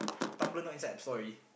tumblr not inside app store already